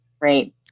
right